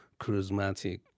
charismatic